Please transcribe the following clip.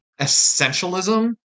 essentialism